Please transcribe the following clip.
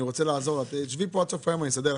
אנחנו נצביע על זה, אבל אני אבקש על זה רוויזיה.